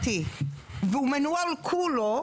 ולא עובד,